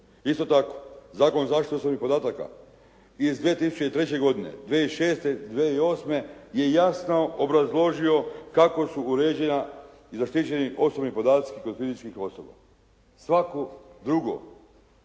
Isto tako, Zakon o zaštiti osobnih podataka iz 2003. godine 2006., 2008. je jasno obrazložio kako su uređena i zaštićeni osobni podaci kod fizičkih osoba. Svako drugo